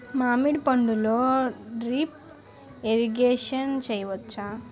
మామిడి పంటలో drip irrigation చేయచ్చా?